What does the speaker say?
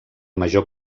major